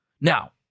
Now